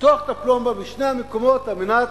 לפתוח את הפלומבה בשני המקומות על מנת